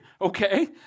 okay